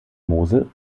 mosel